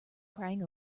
crying